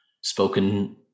spoken